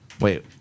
Wait